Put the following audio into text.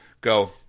go